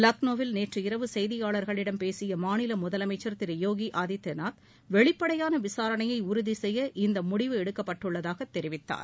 லக்னோவில் நேற்று இரவு செய்தியாளர்களிடம் பேசிய மாநில முதலமைச்சர் திரு யோகி ஆதித்யநாத் வெளிப்படையான விசாரணையை உறுதி செய்ய இந்த மூடிவு எடுக்கப்பட்டுள்ளதாக அவர் தெரிவித்தார்